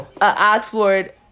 Oxford